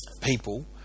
people